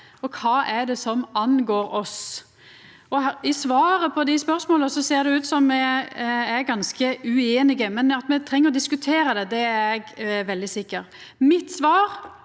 og kva er det som angår oss? I svaret på dei spørsmåla ser det ut som om me er ganske ueinige, men at me treng å diskutera det, er eg veldig sikker på. Mitt svar